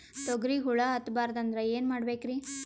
ತೊಗರಿಗ ಹುಳ ಹತ್ತಬಾರದು ಅಂದ್ರ ಏನ್ ಮಾಡಬೇಕ್ರಿ?